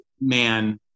man